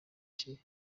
cye